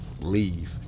leave